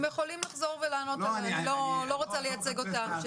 הם יכולים לחזור ולענות, אני לא רוצה לייצג אותם.